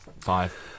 five